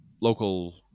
local